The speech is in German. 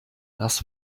das